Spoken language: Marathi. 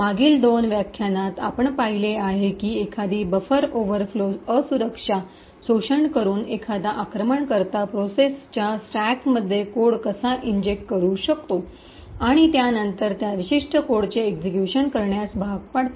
मागील दोन व्याख्यानात आपण पाहिले आहे की एखादी बफर ओव्हरफ्लो असुरक्षा शोषण करून एखादा आक्रमणकर्ता प्रोसेसच्या स्टॅकमध्ये कोड कसा इंजेक्ट करू शकतो आणि त्यानंतर त्या विशिष्ट कोडचे एक्सिक्यूशन करण्यास भाग पाडते